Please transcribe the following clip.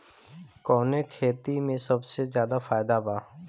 कवने खेती में सबसे ज्यादा फायदा बा?